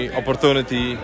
opportunity